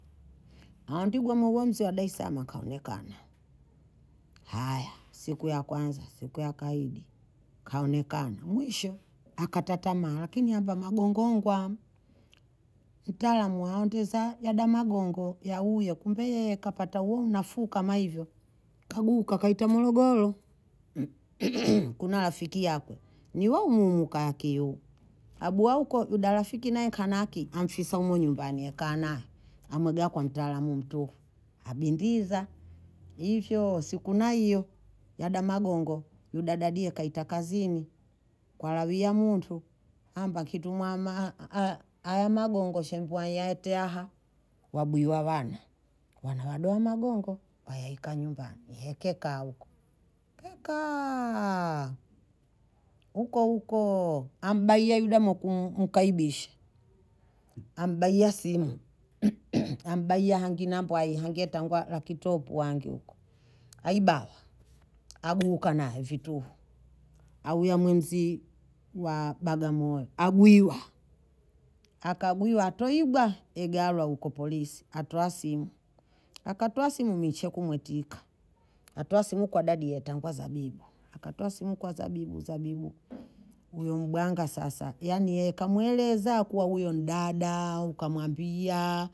Andigwa mwe wemse wa daesaama kaonekana, haya siku ya kwanza, siku ya kaidi kaonekana mwisho akatatamaa lakini ambwa magongongwa, mtaalamu aondeza yada magongo, yauya kumbe kapata huo unafuu kama hivyo, kaguka kaita Morogoro kuna rafiki yakwe, ni wa humu humu kaankiu, abuha huko yuda rafiki naye kana akili amfisa humo nyumbani ekaa nae, amwegea kwa mtaalamu mtuhu, abindiza hivyooo siku na hiyo yada magongo yuda dadie kaita kazini, kwalawiya mntu, amba kintu mwama haya aa- haya magongo shembwa niyaete aha wabuyua wana, wanawadoha magongo wayaeka nyumbani, yaeke kaa huko kekaaa, hukohuko ambaiye yuda mwekumu mkayibishe, ambaiya simu, ambaiya hangi na mbwayi, hangi etangwa laputopu hangi huku, aiba, aguuka nayo vituhu, awiya mwe mzi wa bagamoyo, agwiwa, akagwiwa atoigwa egarwa huko polisi, atwoa simu, akatwoa simu mi shie kumwitika, atwoa simu kwa dadiye atangwa zabibu, akatwoa simu kwa zabibu, zabibu huyo mbwanga sasa kamueleza kuwa huyo ni dada, ukamwambia